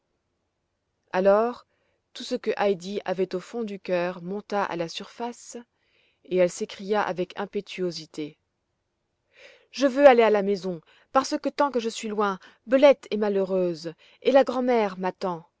alors tout ce que heidi avait au fond du cœur monta à la surface et elle s'écria avec impétuosité je veux aller à la maison parce que tant que je suis loin bellette est malheureuse et la grand mère m'attend